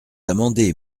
amendé